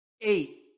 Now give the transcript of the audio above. eight